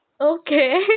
Okay